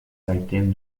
seitdem